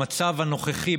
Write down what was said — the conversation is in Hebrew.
במצב הנוכחי,